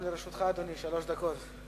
גם לרשותך, אדוני, שלוש דקות.